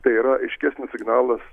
tai yra aiškesnis signalas